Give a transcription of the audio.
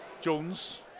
Jones